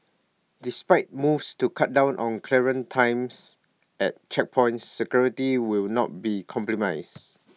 despite moves to cut down on clearance times at checkpoints security will not be compromised